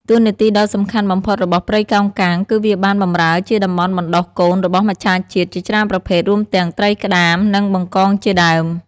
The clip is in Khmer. តួនាទីដ៏សំខាន់បំផុតរបស់ព្រៃកោងកាងគឺវាបានបម្រើជាតំបន់បណ្តុះកូនរបស់មច្ឆជាតិជាច្រើនប្រភេទ រួមទាំងត្រីក្តាម និងបង្កងជាដើម។